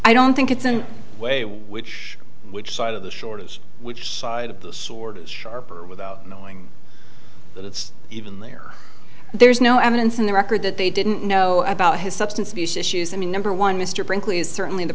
i don't think it's a way which which side of the shorters which side of the sword sharp or without knowing that it's even there there's no evidence in the record that they didn't know about his substance abuse issues i mean number one mr brinkley is certainly the